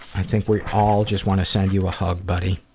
i think we all just want to send you a hug, buddy.